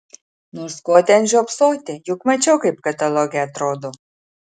nors ko ten žiopsoti juk mačiau kaip kataloge atrodo